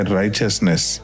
righteousness